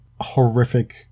horrific